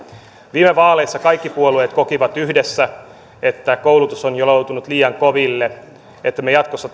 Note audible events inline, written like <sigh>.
viime vaaleissa kaikki puolueet kokivat yhdessä että koulutus on jo joutunut liian koville että me jatkossa <unintelligible>